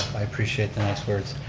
i appreciate the nice words.